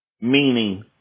meaning